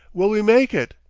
will we make it?